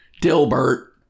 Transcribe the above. Dilbert